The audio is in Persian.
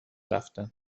رفتن